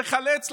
לחלץ,